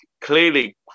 clearly